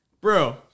Bro